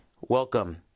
Welcome